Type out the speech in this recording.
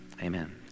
Amen